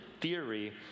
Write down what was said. theory